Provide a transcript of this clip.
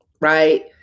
Right